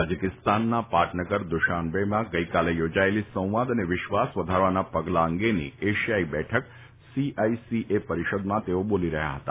તાજીકિસ્તાનના પાટનગર દુશાનબેમાં ગઇકાલે યોજાયેલી સંવાદ અને વિશ્વાસ વધારવાના પગલા અંગેની એશિયાઈ બેઠક સીઆઈસીએ પરીષદમાં તેઓ બોલી રહ્યા હતા